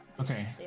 okay